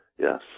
Yes